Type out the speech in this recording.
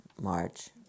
march